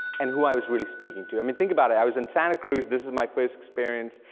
and who i was really speaking to. i mean, think about it, i was in santa cruz, this was my first experience,